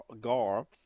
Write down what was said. gar